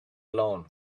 alone